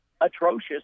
atrocious